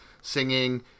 singing